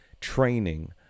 training